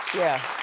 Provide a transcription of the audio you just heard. yeah.